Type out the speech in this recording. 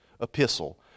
epistle